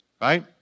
right